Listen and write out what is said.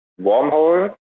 Wormhole